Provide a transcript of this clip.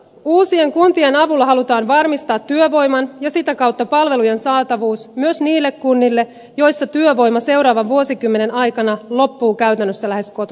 uusien kuntien avulla halutaan varmistaa työvoiman ja sitä kautta palvelujen saatavuus myös niille kunnille joissa työvoima seuraavan vuosikymmenen aikana loppuu käytännössä lähes kokonaan